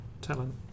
talent